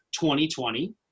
2020